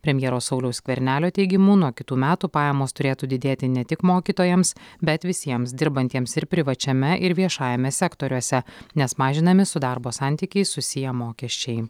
premjero sauliaus skvernelio teigimu nuo kitų metų pajamos turėtų didėti ne tik mokytojams bet visiems dirbantiems ir privačiame ir viešajame sektoriuose nes mažinami su darbo santykiais susiję mokesčiai